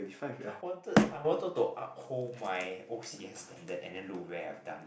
I wanted I wanted to uphold my O_C_S standard and then look where I've done